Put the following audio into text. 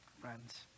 friends